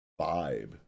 vibe